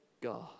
God